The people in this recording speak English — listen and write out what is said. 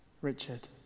Richard